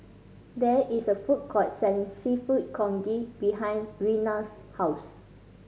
there is a food court selling Seafood Congee behind Reyna's house